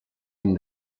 hem